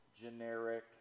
generic